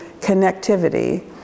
connectivity